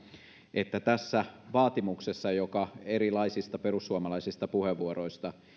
että tässä vaatimuksessa joka erilaisissa perussuomalaisissa puheenvuoroissa